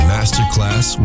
Masterclass